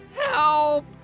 Help